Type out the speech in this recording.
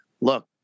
look